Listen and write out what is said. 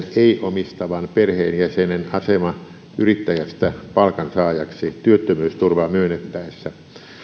omistavan perheenjäsenen asema yrittäjästä palkansaajaksi työttömyysturvaa myönnettäessä